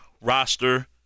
Roster